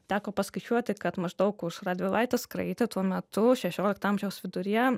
teko paskaičiuoti kad maždaug už radvilaitės kraitį tuo metu šešiolikto amžiaus viduryje